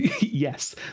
Yes